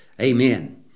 Amen